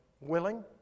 willing